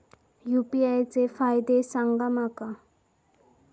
UPI चे फायदे सांगा माका?